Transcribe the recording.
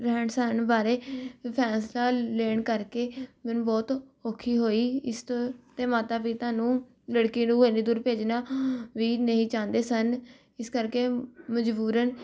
ਰਹਿਣ ਸਹਿਣ ਬਾਰੇ ਫੈਸਲਾ ਲੈਣ ਕਰਕੇ ਮੈਨੂੰ ਬਹੁਤ ਔਖੀ ਹੋਈ ਇਸ ਤੋਂ ਅਤੇ ਮਾਤਾ ਪਿਤਾ ਨੂੰ ਲੜਕੀ ਨੂੰ ਇੰਨੀ ਦੂਰ ਭੇਜਣਾ ਵੀ ਨਹੀਂ ਭੇਜਣਾ ਚਾਹੁੰਦੇ ਸਨ ਇਸ ਕਰਕੇ ਮਜ਼ਬੂਰਨ